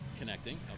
connecting